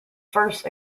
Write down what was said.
first